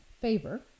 favor